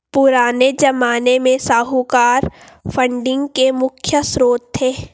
पुराने ज़माने में साहूकार फंडिंग के मुख्य श्रोत थे